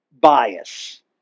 bias